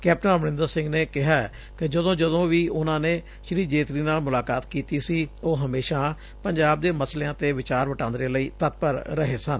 captain Amarinder Singh ਨੇ ਕਿਹਾ ਕਿ ਜਦੋਂ ਜਦੋਂ ਵੀ ਉਨੁਾ ਨੇ ਸ੍ਰੀ ਜੇਤਲੀ ਨਾਲ ਮੁਲਾਕਾਤ ਕੀਤੀ ਸੀ ਉਹ ਹਮੇਸ਼ਾ ਪੰਜਾਬ ਦੇ ਮਾਮਲਿਆਂ ਤੇ ਜਿਕਰ ਕਰਨ ਲਈ ਤਤਪਰ ਰਹੇ ਸਨ